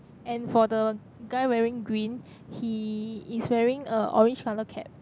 and for the guy wearing green he is wearing an orange colour cap